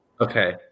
Okay